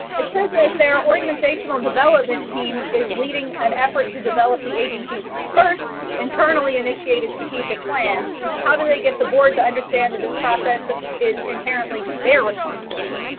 it says that their organizational development team is leading an effort to develop the agency's first internally initiated strategic plan. how do they get the board to understand that this process is inherently their responsibility?